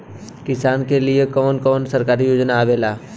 किसान के लिए कवन कवन सरकारी योजना आवेला?